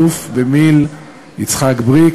אלוף במיל' יצחק בריק,